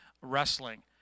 wrestling